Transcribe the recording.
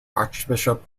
archbishop